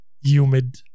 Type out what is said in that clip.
Humid